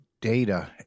data